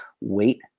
wait